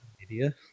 Media